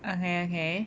okay okay